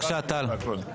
בבקשה, טל.